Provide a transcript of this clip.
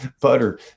butter